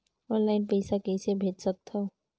Online पइसा कइसे भेज सकत हो?